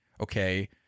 okay